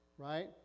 right